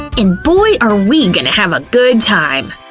and boy are we gonna have a good time.